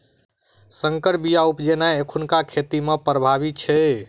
सँकर बीया उपजेनाइ एखुनका खेती मे प्रभावी छै